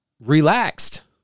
relaxed